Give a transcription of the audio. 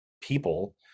people